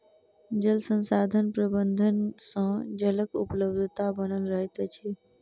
जल संसाधन प्रबंधन सँ जलक उपलब्धता बनल रहैत अछि